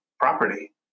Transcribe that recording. property